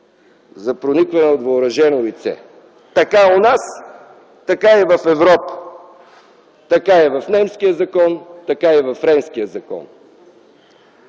за проникване на въоръжено лице. Така е у нас, така е и в Европа, така е и в немския закон, така е и във френския закон.